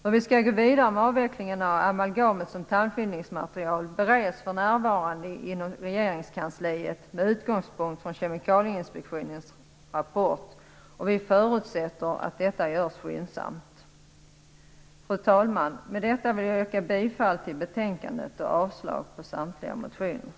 Hur vi skall gå vidare med avveckling av amalgamet som tandfyllnadsmaterial bereds för närvarande inom Regeringskansliet med utgångspunkt i Kemikalieinspektionens rapport. Vi förutsätter att detta görs skyndsamt. Fru talman! Med detta vill jag yrka bifall till hemställan i betänkandet och avslag på samtliga motioner.